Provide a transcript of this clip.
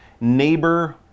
Neighbor